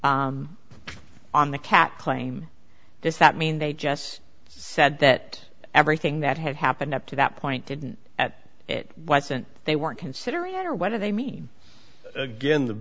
on the cat claim does that mean they just said that everything that had happened up to that point didn't at it wasn't they weren't considering it or whether they mean again the